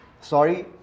Sorry